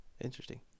Interesting